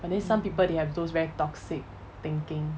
and then some people they have those very toxic thinking